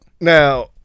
Now